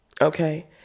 okay